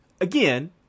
Again